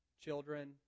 Children